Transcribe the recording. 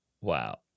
Wow